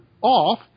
off